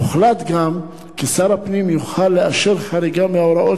הוחלט גם כי שר הפנים יוכל לאשר חריגה מההוראות